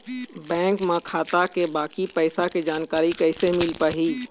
Bank म खाता के बाकी पैसा के जानकारी कैसे मिल पाही?